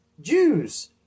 Jews